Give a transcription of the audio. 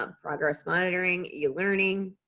um progress monitoring, yeah e-learning.